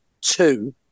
two